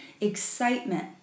excitement